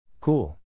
Cool